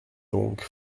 donc